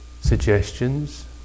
suggestions